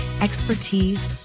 expertise